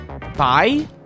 Bye